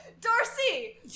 Darcy